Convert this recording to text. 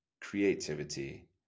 creativity